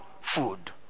food